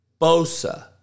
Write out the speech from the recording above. Bosa